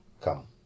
come